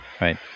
right